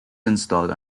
installed